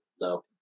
No